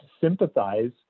sympathize